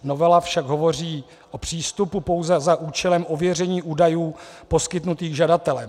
Novela však hovoří o přístupu pouze za účelem ověření údajů poskytnutých žadatelem.